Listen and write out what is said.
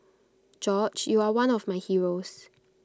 George you are one of my heroes